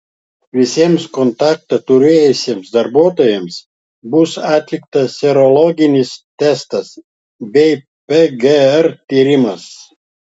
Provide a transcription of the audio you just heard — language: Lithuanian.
visiems kontaktą turėjusiems darbuotojams bus atliktas serologinis testas bei pgr tyrimas